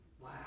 Wow